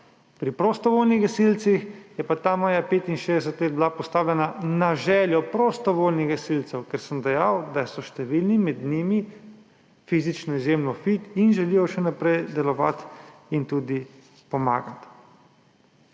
Pri prostovoljnih gasilcih je pa bila ta meja 65 let postavljena na željo prostovoljnih gasilcev, ker, sem dejal, so številni med njimi fizično izjemno fit in želijo še naprej delovati in pomagati.